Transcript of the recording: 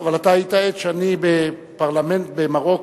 אבל אתה היית עד שאני בפרלמנט במרוקו,